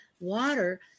water